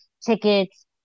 Tickets